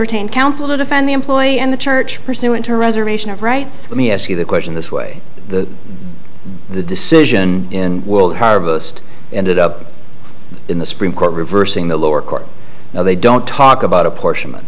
retained counsel to defend the employee and the church pursuant to reza ration of rights let me ask you the question this way the the decision in world harvest ended up in the supreme court reversing the lower court now they don't talk about a portion